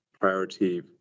priority